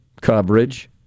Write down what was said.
coverage